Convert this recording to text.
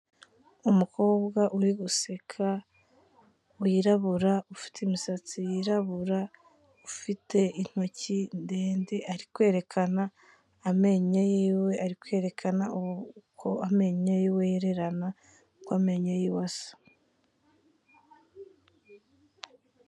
Umukobwa uri guseka, wirabura, ufite imisatsi yirabura, ufite intoki ndende, ari kwerekana amenyo yiwe, ari kwerekana uko amenyo yiwe yererana, uko amenyo y'iwe asa.